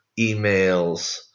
emails